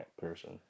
person